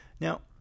now